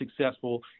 successful